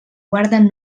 guarden